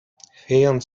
chwiejąc